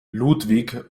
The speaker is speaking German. ludwig